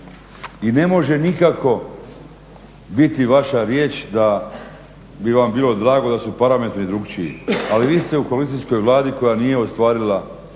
I ne može nikako biti vaša riječ da bi vam bilo drago da su parametri drukčiji, ali vi ste u koalicijskoj Vladi koja nije ostvarila